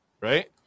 right